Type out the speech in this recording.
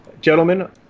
gentlemen